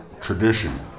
tradition